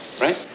Right